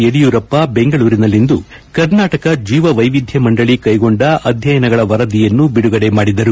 ಯಡಿಯೂರಪ್ಪ ಬೆಂಗಳೂರಿನಲ್ಲಿಂದು ಕರ್ನಾಟಕ ಜೀವವೈವಿಧ್ಯ ಮಂಡಳಿ ಕೈಗೊಂಡ ಅಧ್ಯಯನಗಳ ವರದಿಯನ್ನು ಬಿಡುಗಡೆ ಮಾಡಿದರು